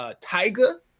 Tiger